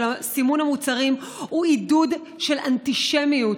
סימון המוצרים הוא עידוד של אנטישמיות?